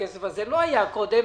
הכסף הזה לא היה קודם,